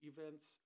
events